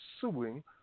suing